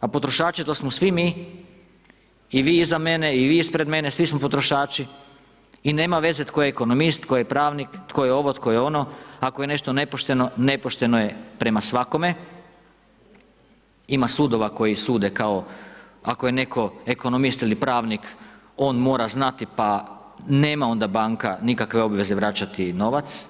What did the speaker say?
a potrošači to smo svi mi, i vi iza mene i vi ispred mene, svi smo potrošači i nema veze tko je ekonomist, tko je pravnik, tko je ovo, tko je ono, ako je nešto nepošteno, nepošteno je prema svakome, ima sudova koji sude kao ako je netko ekonomist ili pravnik on mora znati pa nema onda banka nikakve obaveze vraćati novac.